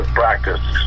practice